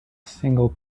single